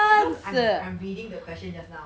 because I'm I'm reading the question just now